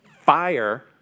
fire